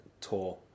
tour